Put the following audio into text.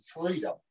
freedom